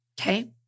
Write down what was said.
Okay